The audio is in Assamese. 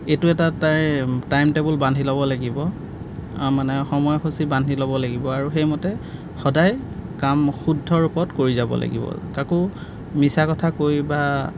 এইটো এটা তাই টাইম টেবল বান্ধি ল'ব লাগিব আৰু মানে সময়সূচী বান্ধি ল'ব লাগিব আৰু সেইমতে সদায় কাম শুদ্ধ ৰূপত কৰি যাব লাগিব কাকো মিছা কথা কৈ বা